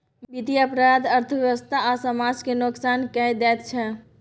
बित्तीय अपराध अर्थव्यवस्था आ समाज केँ नोकसान कए दैत छै